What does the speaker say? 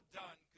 done